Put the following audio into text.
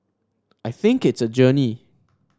I think it's a journey